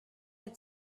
had